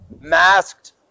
masked